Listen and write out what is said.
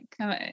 come